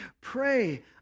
pray